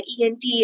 ENT